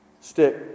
stick